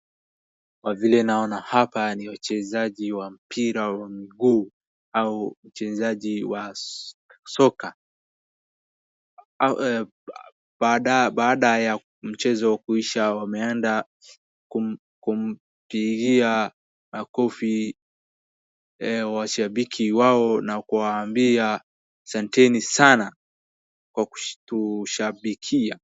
Kwa vile naona hapa ni wachezaji wa mpira wa miguu au uchezaji wa soka. Baada ya mchezo kuisha wameenda kumpigia makofi washabiki wao na kuwaambia asanteni sana kwa kutukushabikia.